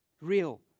Real